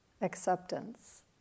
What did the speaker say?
acceptance